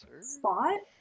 Spot